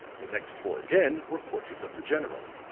the next four again were portraits of the general,